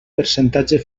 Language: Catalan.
percentatge